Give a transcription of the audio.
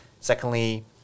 Secondly